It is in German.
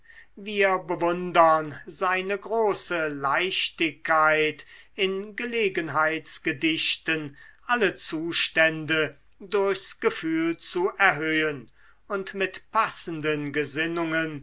wir bewundern seine große leichtigkeit in gelegenheitsgedichten alle zustände durchs gefühl zu erhöhen und mit passenden gesinnungen